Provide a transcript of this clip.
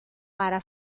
para